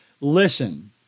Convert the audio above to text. listen